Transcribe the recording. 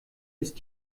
ist